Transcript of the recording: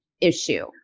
issue